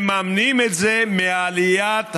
מממנים את זה מעליית הארנונה.